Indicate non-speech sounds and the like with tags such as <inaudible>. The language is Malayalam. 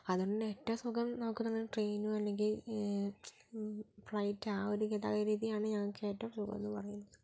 അതുകൊണ്ട് തന്നെ ഏറ്റവും സുഖം <unintelligible> ട്രെയിനോ അല്ലെങ്കില് ഫ്ലൈറ്റ് ആ ഒരു ഗതാഗത രീതിയാണ് ഞങ്ങൾക്ക് ഏറ്റവും സുഖം എന്ന് പറയുന്നത്